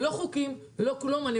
לא חוקים ולא כלום.